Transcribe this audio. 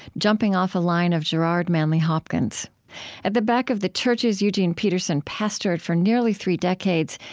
jumping off a line of gerard manley hopkins at the back of the churches eugene peterson pastored for nearly three decades,